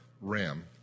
RAM